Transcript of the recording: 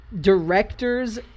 directors